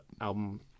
album